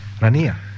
Rania